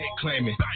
claiming